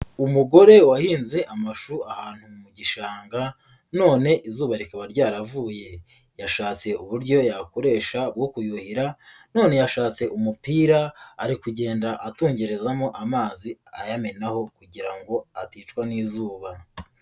Umugore wahinze amashu ahantu mu gishanga none izuba rikaba ryaravuye, yashatse uburyo yakoresha bwo kuyuhira, none yashatse umupira ari kugenda atungerezamo amazi ayamenaho kugira ngo aticwa n'izuba.